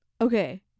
Okay